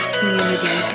Community